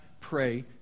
pray